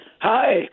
Hi